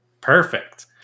Perfect